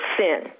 sin